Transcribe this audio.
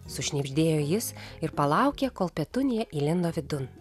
sušnibždėjo jis ir palaukė kol petunija įlindo vidun